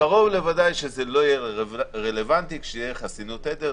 קרוב לוודאי שזה לא יהיה רלוונטי כשתהיה חסינות עדר.